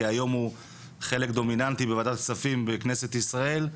כי היום הוא חלק דומיננטי בוועדת כספים בכנסת ישראל,